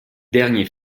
dernier